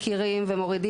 מספר כמה אתם פה מפסידים,